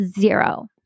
zero